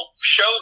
show